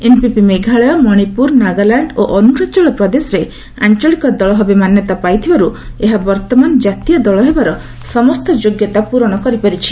NPP Meghalaya Manipur Nagaland ଓ ଅର୍ଣାଚଳ ପ୍ରଦେଶରେ ଆଞ୍ଚଳିକ ଦଳ ଭାବେ ମାନ୍ୟତା ପାଇଥିବାର୍ତ ଏହା ବର୍ତ୍ତମାନ ଜାତୀୟ ଦଳ ହେବାର ସମସ୍ତ ଯୋଗ୍ୟତା ପୂରଣ କରିପାରିଛି